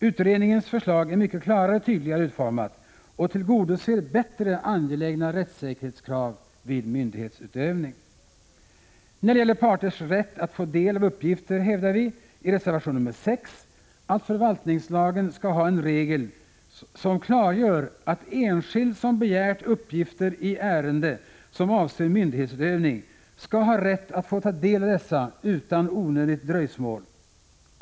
Utredningens förslag är mycket klarare och tydligare utformat och det tillgodoser bättre angelägna rättssäkerhetskrav vid myndighetsutövning. När det gäller parters rätt att få del av uppgifter hävdar vi i reservation nr 6 att förvaltningslagen skall ha en regel som klargör att enskild som begärt uppgifter i ärende som avser myndighetsutövning skall ha rätt att få ta del av dessa utan onödigt dröjsmål.